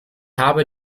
habe